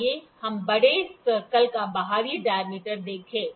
आइए हम बड़े स्रकल का बाहरी डाय्मीटर देखें